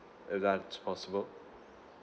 is that possible